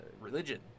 religion